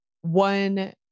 one